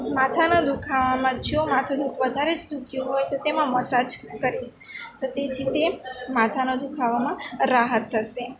માથાના દુખાવામાં જો માથું વધારે જ દુખ્યું તો તેમાં મસાજ કરીશ તો તેથી તેમ માથાના દુખાવામાં રાહત થશે